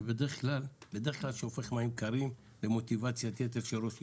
שבדרך כלל שופך מים קרים במוטיבציית יתר של ראש ארגון.